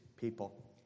people